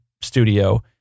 studio